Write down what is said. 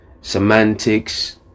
semantics